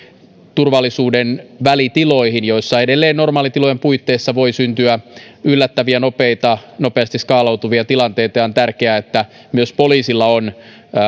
turvallisuuden välitiloihin joissa edelleen normaalitilojen puitteissa voi syntyä yllättäviä nopeita nopeasti skaalautuvia tilanteita ja on tärkeää että myös poliisilla on